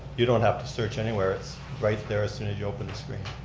you don't have to search anywhere, it's right there as soon as you open the screen.